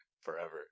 Forever